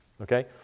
Okay